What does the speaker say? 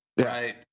Right